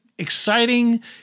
exciting